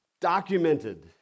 documented